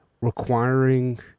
requiring